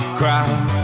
crowd